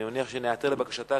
אני מניח שניעתר לבקשתה,